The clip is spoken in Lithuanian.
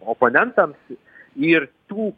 oponentams ir tų